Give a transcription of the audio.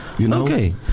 Okay